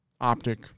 OpTic